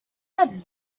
had